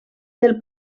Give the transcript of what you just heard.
del